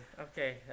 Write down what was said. Okay